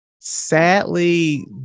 sadly